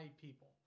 people